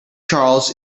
charles